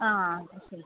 ആ ആ അത് ശരി